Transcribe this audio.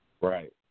Right